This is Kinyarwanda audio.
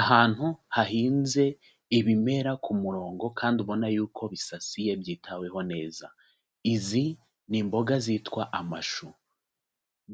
Ahantu hahinze ibimera ku murongo kandi ubona yuko bisasiye byitaweho neza. Izi ni imboga zitwa amashu,